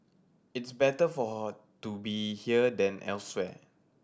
it's better for her to be here than elsewhere